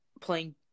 playing